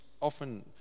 often